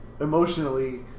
emotionally